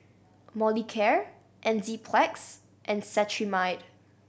Molicare Enzyplex and Cetrimide